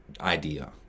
idea